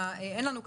זה תהליך של